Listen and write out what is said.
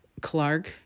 Clark